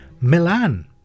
Milan